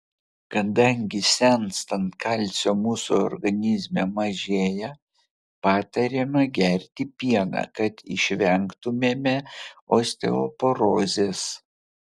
kadangi senstant kalcio mūsų organizme mažėja patariama gerti pieną kad išvengtumėme osteoporozės